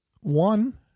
one